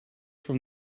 from